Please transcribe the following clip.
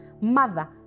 mother